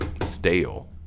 Stale